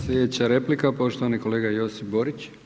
Sljedeća replika, poštovani kolega Josip Borić.